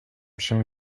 się